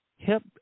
Help